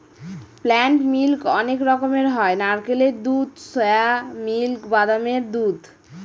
plant milk অনেক রকমের হয় নারকেলের দুধ, সোয়া মিল্ক, বাদামের দুধ